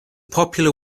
popular